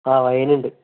ആ വൈനുണ്ട്